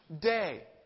day